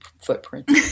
footprint